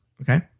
Okay